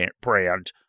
brand